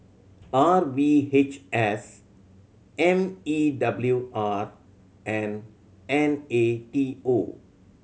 R V H S M E W R and N A T O